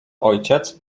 ojciec